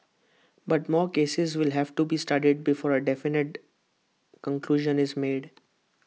but more cases will have to be studied before A definite conclusion is made